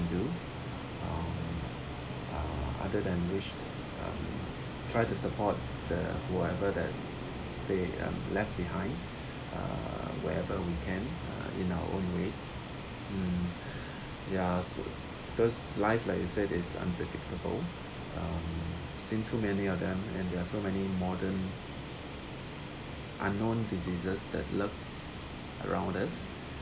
do um uh other than wish um try to support the whoever stay uh left behind uh where ever we can uh in our own ways um ya s~ first life like you said is unpredictable um seen too many of them and there are so many modern unknown diseases that lurkes around us